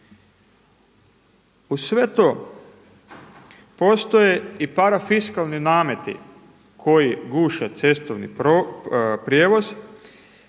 Uz sve to postoje i parafiskalni nameti koji guše cestovni prijevoz.